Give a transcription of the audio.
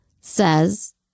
says